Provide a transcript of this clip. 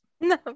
No